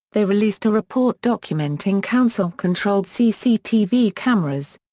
they released a report documenting council controlled cctv cameras.